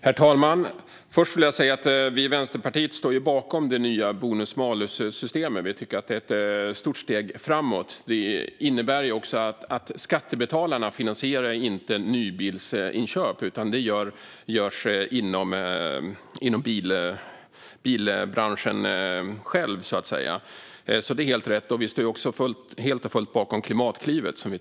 Herr talman! Vi i Vänsterpartiet står bakom det nya bonus-malus-systemet. Vi tycker att det är ett stort steg framåt. Det innebär också att skattebetalarna inte finansierar nybilsinköp, utan det görs så att säga inom bilbranschen själv. Det är helt rätt. Vi står också helt och fullt bakom Klimatklivet.